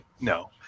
No